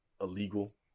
illegal